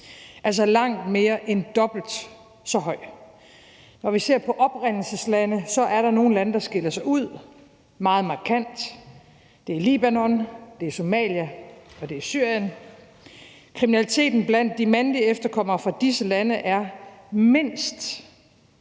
altså langt mere end dobbelt så høj. Når vi ser på oprindelseslande, er der nogle lande, der skiller sig ud meget markant. Det er Libanon, det er Somalia, og det er Syrien. Kriminaliteten blandt de mandlige efterkommere fra disse lande er mindst